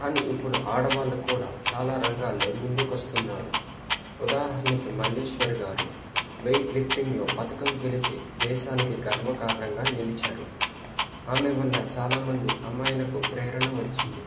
కానీ ఇప్పుడు ఆడవాళ్ళు కూడా చాలా రంగాల్లో ముందుకు వస్తున్నారు ఉదాహరణకి మళ్ళీశ్వరి గారు వెయిట్లిఫ్టింగ్లో పథకం గెలిచి దేశానికి గర్వకారణంగా నిలిచారు ఆమె వల్ల చాలామంది అమ్మాయిలకు ప్రేరణ వచ్చింది